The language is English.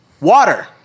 Water